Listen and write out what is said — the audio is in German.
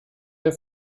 der